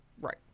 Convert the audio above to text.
Right